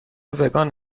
وگان